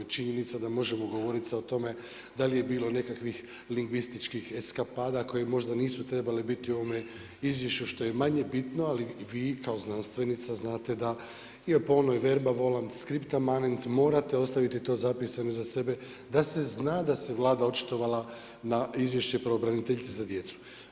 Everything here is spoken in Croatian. Činjenica da možemo govoriti sad o tome da li je bilo nekakvih lingvističkih eskapada koje možda nisu trebali biti u ovome izvješću što je manje bitno, ali vi kao znanstvenica znate da je po onoj „verba volant scripta manent“, morate ostaviti to zapisanim za sebe da se zna da se Vlada očitovala na izvješće pravobraniteljice za djecu.